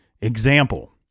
Example